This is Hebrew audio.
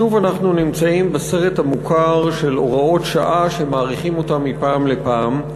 שוב אנחנו נמצאים בסרט המוכר של הוראות שעה שמאריכים אותן מפעם לפעם,